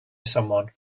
someone